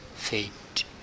fate